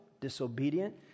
disobedient